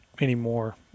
anymore